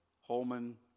Holman